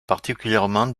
particulièrement